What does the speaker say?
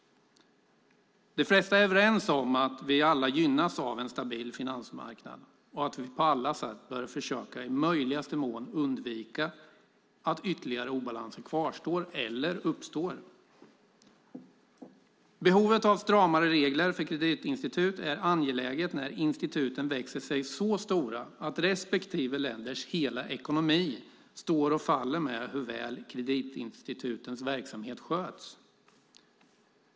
De flesta är överens om att vi alla gynnas av en stabil finansmarknad och att vi på alla sätt bör försöka undvika att ytterligare obalanser kvarstår eller uppstår. Det är angeläget med stramare regler för kreditinstitut när instituten växer sig så stora att länders hela ekonomi står och faller med hur väl kreditinstitutens verksamhet sköts.